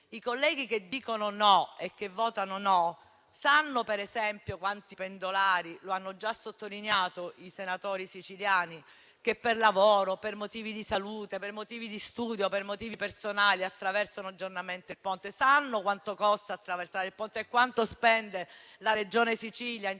I colleghi che dicono e che votano no sanno, per esempio, quanti pendolari - lo hanno già sottolineato i senatori siciliani - che per lavoro, per motivi di salute, per motivi di studio, per motivi personali attraversano giornalmente lo Stretto? Sanno quanto costa attraversarlo e quanto spende la Regione Sicilia in termini